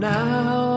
now